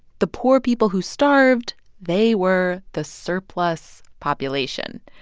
the poor people who starved they were the surplus population.